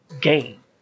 game